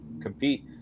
compete